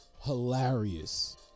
hilarious